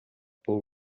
por